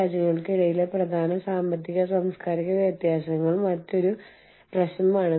അതിനാൽ ഈ കാര്യങ്ങൾ ഇത് വ്യാപ്തിയുടെ ആഗോള സമ്പദ്വ്യവസ്ഥയെ ചൂഷണം exploiting global economies of scope ചെയ്യുന്നതാണ്